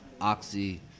oxy